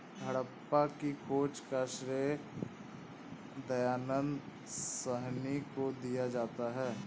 हड़प्पा की खोज का श्रेय दयानन्द साहनी को दिया जाता है